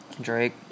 Drake